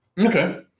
Okay